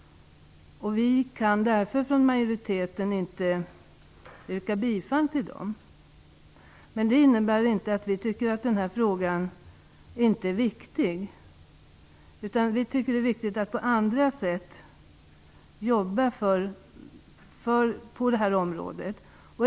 Vi i majoriteten kan därför inte yrka bifall till dem. Det innebär inte att vi inte tycker att den här frågan är viktig. Vi tycker att det är viktigt att på andra sätt jobba på det här området.